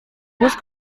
bus